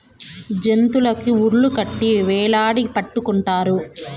జంతులకి ఉర్లు కట్టి వేటాడి పట్టుకుంటారు